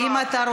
מה?